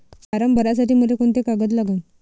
Form भरासाठी मले कोंते कागद लागन?